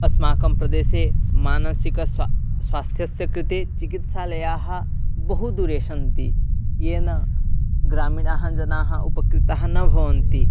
अस्माकं प्रदेशे मानसिक स्वास्थ्यस्य कृते चिकित्सालयाः बहु दूरे सन्ति येन ग्रामीणाः जनाः उपकृताः न भवन्ति